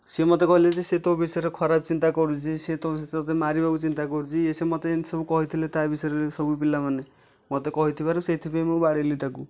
ସେ ମୋତେ କହିଲେ ଯେ ସେ ତୋ ବିଷୟରେ ଖରାପ ଚିନ୍ତା କରୁଛି ସେ ତୋତେ ମାରିବାକୁ ଚିନ୍ତା କରୁଛି ୟେ ସିଏ ଏମିତି ସବୁ କହିଥିଲେ ମୋତେ ତା' ବିଷୟରେ ସବୁ ପିଲାମାନେ ମୋତେ କହିଥିବାରୁ ସେଇଥିପାଇଁ ମୁଁ ବାଡ଼େଇଲି ତାକୁ